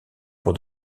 pour